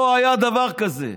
לא היה דבר כזה.